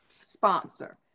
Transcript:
sponsor